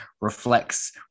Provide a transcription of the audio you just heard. reflects